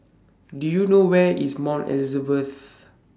Do YOU know Where IS Mount Elizabeth